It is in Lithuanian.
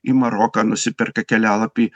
į maroką nusiperka kelialapį